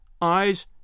eyes